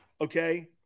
okay